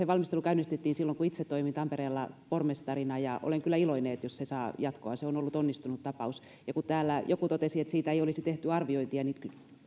valmistelu käynnistettiin silloin kun itse toimin tampereella pormestarina olen kyllä iloinen jos se saa jatkoa se on ollut onnistunut tapaus ja kun täällä joku totesi että siitä ei olisi tehty arviointia niin